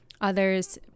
Others